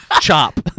chop